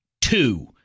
two